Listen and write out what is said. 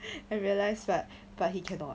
I realised but but he cannot